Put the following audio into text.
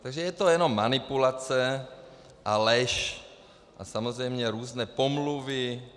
Takže je to jenom manipulace a lež a samozřejmě různé pomluvy.